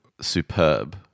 superb